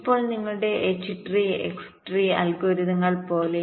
ഇപ്പോൾ നിങ്ങളുടെ H tree X ട്രീഅൽഗോരിതങ്ങൾ പോലെ